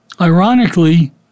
Ironically